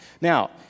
Now